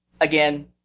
again